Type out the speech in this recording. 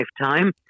lifetime